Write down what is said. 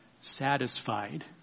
Satisfied